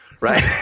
right